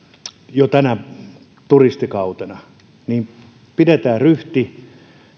jo tänä turistikautena niin pidetään ryhti